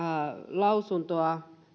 lausuntoa